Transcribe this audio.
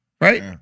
Right